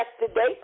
yesterday